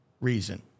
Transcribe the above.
reason